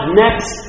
next